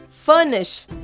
Furnish